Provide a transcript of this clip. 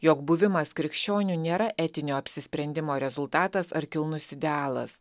jog buvimas krikščioniu nėra etinio apsisprendimo rezultatas ar kilnus idealas